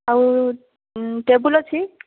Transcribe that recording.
ଆଉ ଟେବୁଲ ଅଛି